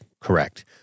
correct